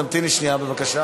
תמתיני שנייה בבקשה,